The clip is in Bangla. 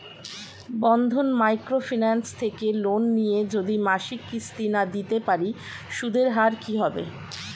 বন্ধন মাইক্রো ফিন্যান্স থেকে লোন নিয়ে যদি মাসিক কিস্তি না দিতে পারি সুদের হার কি হবে?